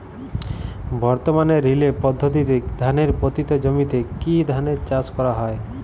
বর্তমানে রিলে পদ্ধতিতে ধানের পতিত জমিতে কী ধরনের চাষ করা হয়?